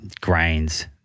grains